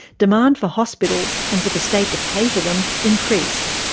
demand for hospitals, and for the state to pay for them, increased.